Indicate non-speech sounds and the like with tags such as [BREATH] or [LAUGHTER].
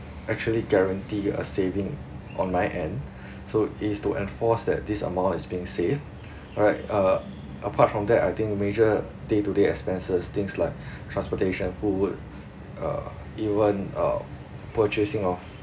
actually guarantee a saving on my end [BREATH] so is to enforce that this amount is being saved alright uh apart from that I think major day to day expenses things [BREATH] like transportation food would uh even uh purchasing of